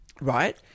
right